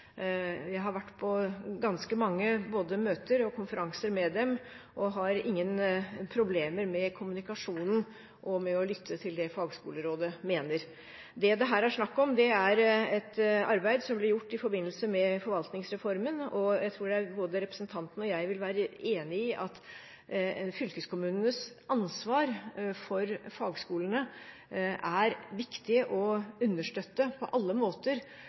Jeg har vært på ganske mange møter og konferanser med dem og har ingen problemer med kommunikasjonen og med å lytte til det fagskolerådet mener. Det som det her er snakk om, er et arbeid som ble gjort i forbindelse med forvaltningsreformen. Jeg tror at både representanten og jeg vil være enig i at fylkeskommunenes ansvar for fagskolene er viktig å understøtte på alle måter,